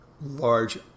large